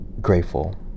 grateful